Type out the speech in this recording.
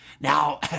now